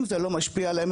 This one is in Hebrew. אם זה לא משפיע עליהם.